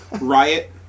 Riot